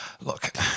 Look